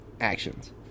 actions